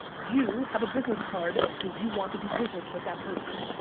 you have a business card cause you want to do business with that person.